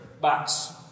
box